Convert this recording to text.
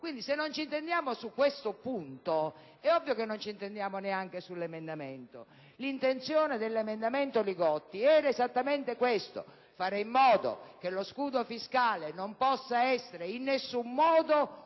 quindi se non ci intendiamo su questo punto è ovvio che non ci intendiamo neanche sull'emendamento. L'intenzione dell'emendamento del senatore Li Gotti era esattamente questa: fare in modo che lo scudo fiscale non possa essere in nessun modo un